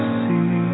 see